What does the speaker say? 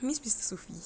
I miss mister sufi